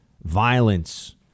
violence